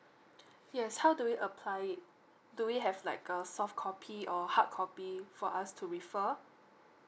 yes how do we apply it do we have like a soft copy or hard copy for us to refer